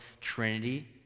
Trinity